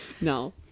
no